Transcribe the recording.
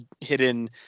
hidden